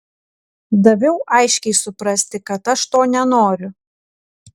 daviau aiškiai suprasti kad aš to nenoriu